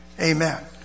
Amen